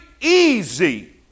easy